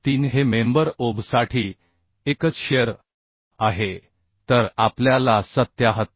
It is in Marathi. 3 हे मेंबर OB साठी एकच शिअर आहे तर आपल्या ला 77